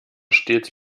stets